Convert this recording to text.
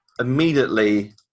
immediately